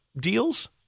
deals